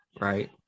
right